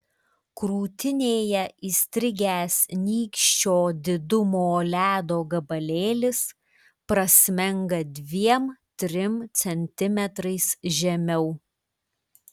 krūtinėje įstrigęs nykščio didumo ledo gabalėlis prasmenga dviem trim centimetrais žemiau